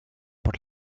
por